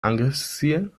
angriffsziel